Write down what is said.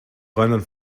rheinland